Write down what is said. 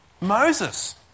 Moses